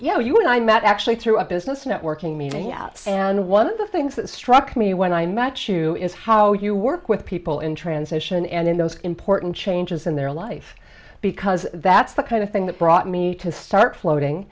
know you and i met actually through a business networking meeting out and one of the things that struck me when i met you is how you work with people in transition and in those important changes in their life because that's the kind of thing that brought me to start floating